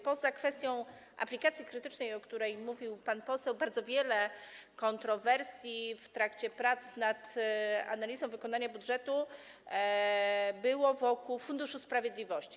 Poza kwestią aplikacji krytycznej, o której mówił pan poseł, bardzo wiele kontrowersji w trakcie prac nad analizą wykonania budżetu było wokół Funduszu Sprawiedliwości.